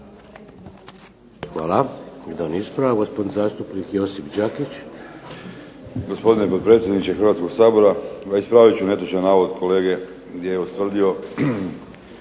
Hvala. Jedan ispravak, gospodin zastupnik Josip Đakić. **Đakić, Josip (HDZ)** Gospodine potpredsjedniče Hrvatskog sabora. Pa ispravit ću netočan navod kolege gdje je ustvrdio